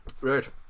Right